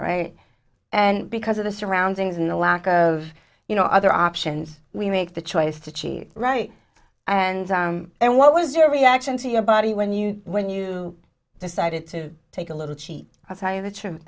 right and because of the surroundings and the lack of you know other options we make the choice to choose right and and what was your reaction to your body when you when you decided to take a little cheat i'll tell you the truth